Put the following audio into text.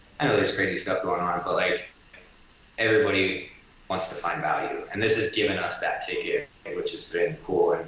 i know there's crazy stuff going on, but like everybody wants to find value and this has given us that ticket which has been cool.